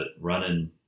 running